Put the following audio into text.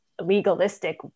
legalistic